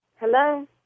Hello